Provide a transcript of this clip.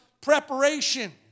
preparation